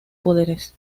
poderes